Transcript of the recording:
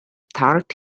tart